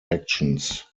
actions